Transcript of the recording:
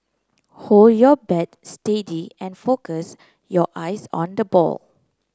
hold your bat steady and focus your eyes on the ball